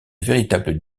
véritables